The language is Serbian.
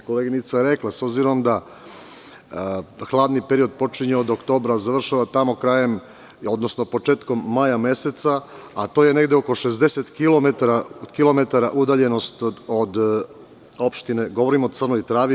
Koleginica je rekla – s obzirom da hladni period počinje od oktobra, a završava tamo krajem, odnosno početkom maja meseca, a to je negde oko 60 km udaljenosti od opštine Vlasotince, govorim o Crnoj Travi.